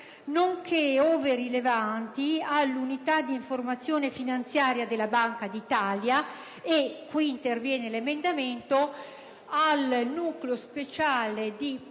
nonché, ove rilevanti, all'Unità di informazione finanziaria della Banca d'Italia e - qui interviene l'emendamento - al Nucleo speciale di polizia